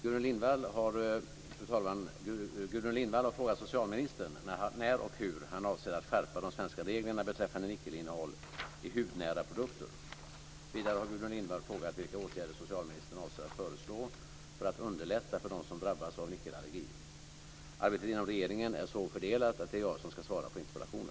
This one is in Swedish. Fru talman! Gudrun Lindvall har frågat socialministern när och hur han avser att skärpa de svenska reglerna beträffande nickelinnehåll i hudnära produkter. Vidare har Gudrun Lindvall frågat vilka åtgärder socialministern avser att föreslå för att underlätta för dem som drabbas av nickelallergi. Arbetet inom regeringen är så fördelat att det är jag som ska svara på interpellationen.